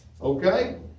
okay